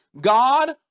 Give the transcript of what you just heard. God